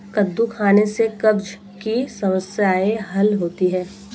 कद्दू खाने से कब्ज़ की समस्याए हल होती है